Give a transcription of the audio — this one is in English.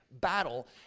battle